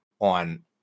on